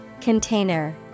Container